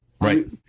Right